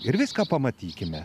ir viską pamatykime